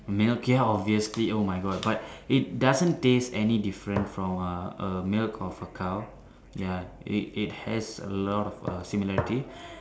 I mean okay obviously oh my God but it doesn't taste any different from a a milk of a cow ya it has a lot of similarity